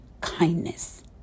kindness